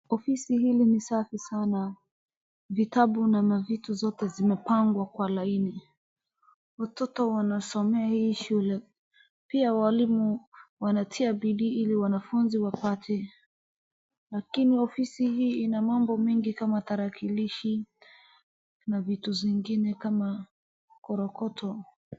Ofisi hili ni safi sana. Vitabu na mavitu zote zimepangwa kwa laini. Watoto wanasomea hii shule , pia walimu wanatia bidii ili wanafunzi wapate . Lakini ofisi hii Ina mambo mengi kama tarakilishi na vitu zingine kama korokoto.